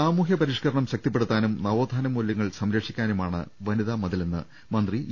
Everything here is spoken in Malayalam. സാമുഹൃ പരിഷ്ക്കരണം ശക്തിപ്പെടുത്താനും നവോത്ഥാന മൂലൃ ങ്ങൾ സംരക്ഷിക്കാനുമാണ് വനിതാ മതിലെന്ന് മന്ത്രി ഇ